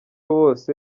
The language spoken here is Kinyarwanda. bose